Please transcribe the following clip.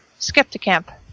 Skepticamp